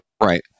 right